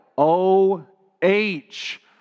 O-H